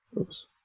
Oops